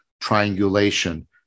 triangulation